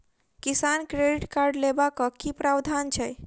किसान credit card लेबाक की प्रावधान छै?